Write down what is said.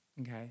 Okay